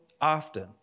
often